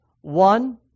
One